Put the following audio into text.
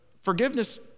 forgiveness